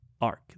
arc